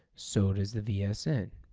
so does the vsn.